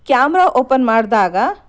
camera open ಮಾಡಿದಾಗ